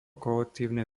kolektívnej